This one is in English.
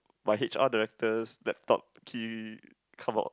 my h_r directors that top key come out